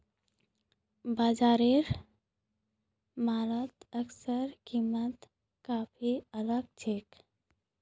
बाजार आर मॉलत ओट्सेर कीमत काफी अलग छेक